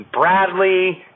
Bradley